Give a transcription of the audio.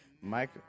Mike